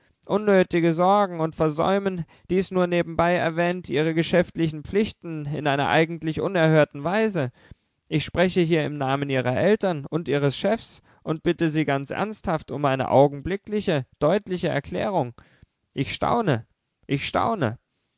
unnötige sorgen und versäumen dies nur nebenbei erwähnt ihre geschäftlichen pflichten in einer eigentlich unerhörten weise ich spreche hier im namen ihrer eltern und ihres chefs und bitte sie ganz ernsthaft um eine augenblickliche deutliche erklärung ich staune ich staune